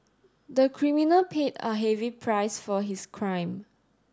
the criminal paid a heavy price for his crime